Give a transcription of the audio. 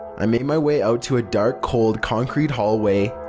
i made my way out to a dark, cold, concrete hallway.